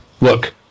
Look